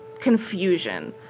confusion